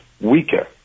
weaker